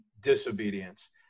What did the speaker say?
disobedience